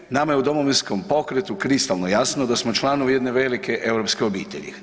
Naime nama je u Domovinskom pokretu kristalno jasno da smo članovi jedne velike europske obitelji.